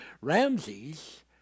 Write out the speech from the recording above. Ramses